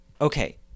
Okay